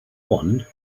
one